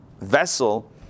vessel